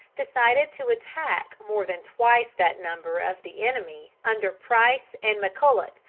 decided to attack more than twice that number of the enemy under price and mcculloch,